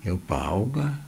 jau paauga